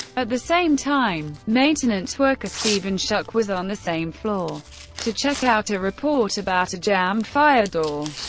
at the same time, maintenance worker stephen schuck was on the same floor to check out a report about a jammed fire door.